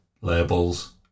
labels